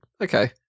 okay